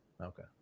Okay